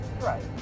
Right